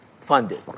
funded